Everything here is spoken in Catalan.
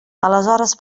aleshores